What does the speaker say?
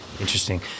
interesting